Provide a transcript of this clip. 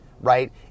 right